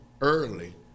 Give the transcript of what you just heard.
early